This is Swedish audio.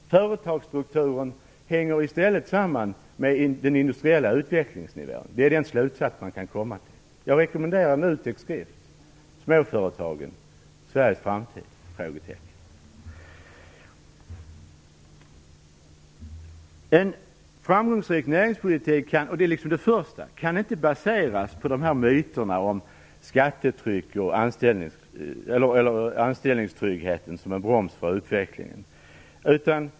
Företagsstrukturen hänger i stället samman med den industriella utvecklingsnivån. Det är den slutsats man kan dra. Jag rekommenderar NUTEK:s skrift "Småföretagen - Sveriges framtid?". En framgångsrik näringspolitik kan inte baseras på de här myterna om skattetrycket och anställningstryggheten som en broms för utvecklingen.